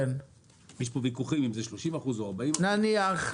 יש פה ויכוחים אם זה 30% או 40%. נניח,